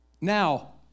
Now